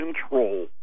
control